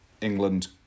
England